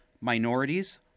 minorities